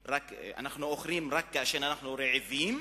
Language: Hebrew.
"אנחנו אומה שאנחנו אוכלים רק כשאנחנו רעבים,